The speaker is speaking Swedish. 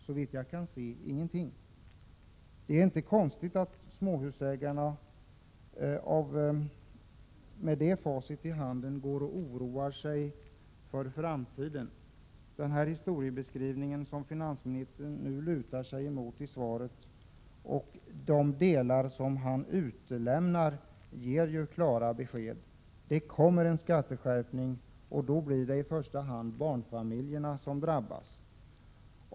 Såvitt jag uppfattar det, finns det inget som hindrar detta. Det är inte konstigt att småhusägarna med detta som facit i hand oroar sig över framtiden. Den historiebeskrivning som finansministern i svaret lutar sig emot — och de delar som han utelämnar — ger ju klara besked: Det kommer en skatteskärpning, och det blir i första hand barnfamiljerna som drabbas.